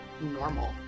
normal